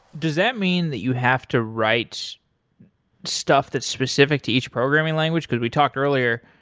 does that mean that you have to write stuff that's specific to each programming language? because we talked earlier,